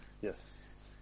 Yes